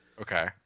Okay